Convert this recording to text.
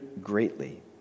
greatly